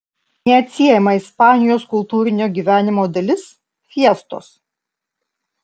neatsiejama ispanijos kultūrinio gyvenimo dalis fiestos